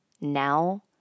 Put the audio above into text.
now